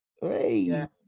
hey